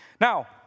Now